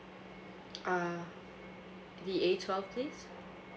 uh the A twelve please